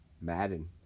Madden